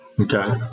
Okay